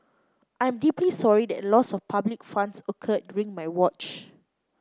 I am deeply sorry that a loss of public funds occurred during my watch